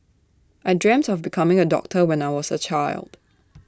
I dreamt of becoming A doctor when I was A child